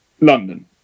London